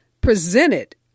presented